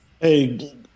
Hey